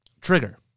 trigger